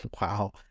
Wow